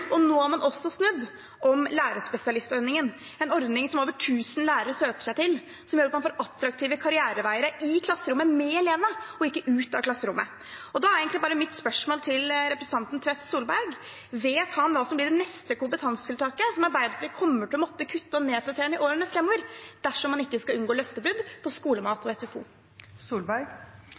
og nå har man også snudd om lærerspesialistordningen – en ordning som over 1 000 lærere søker seg til, som gjør at man får attraktive karriereveier i klasserommet med elevene og ikke må ut av klasserommet. Da er egentlig mitt spørsmål til representanten Tvedt Solberg: Vet han hva som blir det neste kompetansetiltaket som Arbeiderpartiet kommer til å måtte kutte og nedprioritere i årene fremover, dersom man ikke skal unngå løftebrudd om skolemat og